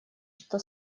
что